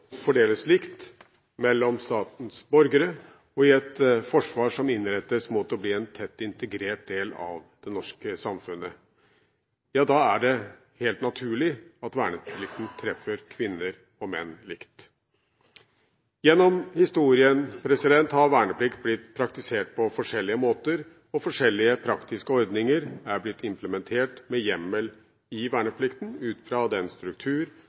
fordeles likt mellom statens borgere og i et forsvar som innrettes mot å bli en tett integrert del av det norske samfunnet. Da er det helt naturlig at verneplikten treffer kvinner og menn likt. Gjennom historien har verneplikt blitt praktisert på forskjellige måter, og forskjellige praktiske ordninger er blitt implementert med hjemmel i verneplikten ut fra den struktur